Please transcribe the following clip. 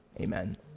Amen